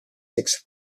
six